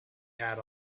had